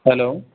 hello